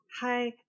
hi